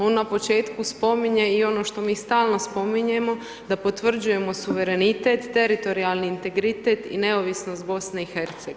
On na početku spominje i ono što mi stalno spominjemo da potvrđujemo suverenitet, teritorijalni integritet i neovisnost BiH.